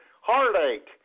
heartache